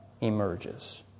emerges